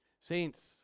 Saints